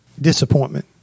Disappointment